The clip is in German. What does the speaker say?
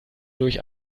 durch